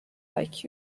like